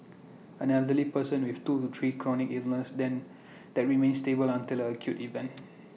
an elderly person with two to three chronic illnesses that remain stable until an acute event